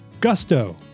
Gusto